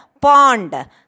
pond